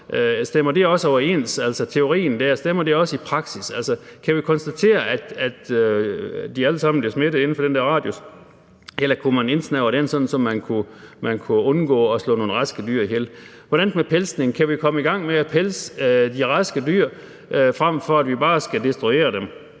stemmer teorien nu også overens med praksis? Altså, kan vi konstatere, at de alle sammen bliver smittet inden for den der radius, eller kunne man indsnævre den, sådan at man kunne undgå at slå nogle raske dyr ihjel? Hvad med pelsning? Kan vi komme i gang med at pelse de raske dyr, frem for at vi bare skal destruere dem?